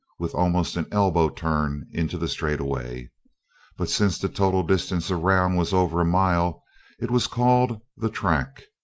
with almost an elbow-turn into the straightaway but since the total distance around was over a mile it was called the track.